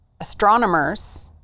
Astronomers